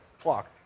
clock